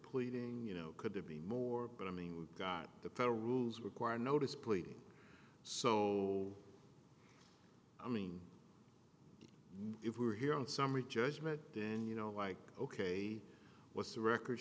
pleading you know could there be more but i mean we've got the federal rules require notice pleading so i mean if we're here on summary judgment then you know like ok what's the record